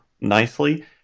nicely